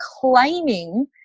claiming